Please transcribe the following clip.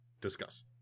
Discuss